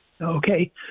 Okay